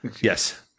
Yes